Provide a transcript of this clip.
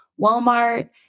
Walmart